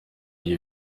iyi